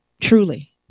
Truly